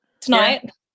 Tonight